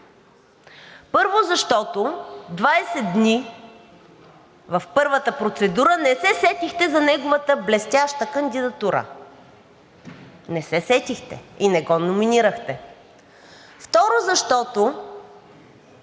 първо, защото 20 дни в първата процедура не се сетихте за неговата блестяща кандидатура. Не се сетихте и не го номинирахте. Второ, защото